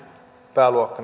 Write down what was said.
pääluokka